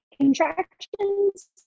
contractions